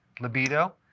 libido